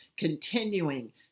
continuing